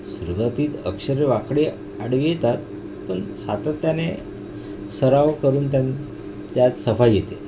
सुरवातीत अक्षरं वाकडी आडवी येतात पण सातत्याने सराव करून त्यां त्यात सफाई येते